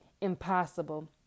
impossible